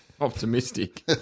Optimistic